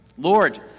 Lord